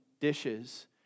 dishes